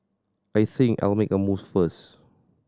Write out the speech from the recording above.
I think I'll make a move first